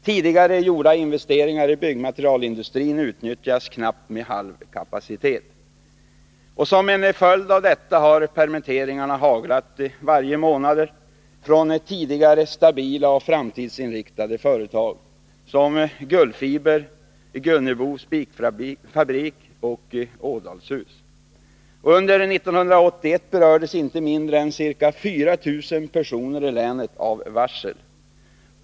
Tidigare gjorda investeringar i byggmaterialindustrin utnyttjas knappt med halv kapacitet. Som en följd av detta har permitteringarna haglat varje månad från tidigare stabila och framtidsinriktade industrier som Gullfiber, Gunnebo spikfabrik och Ådals-Hus. Under 1981 berördes inte mindre än ca 4 000 personer i länet av varsel.